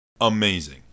Amazing